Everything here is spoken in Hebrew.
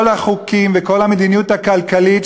כל החוקים וכל המדיניות הכלכלית,